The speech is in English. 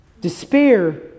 despair